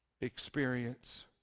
experience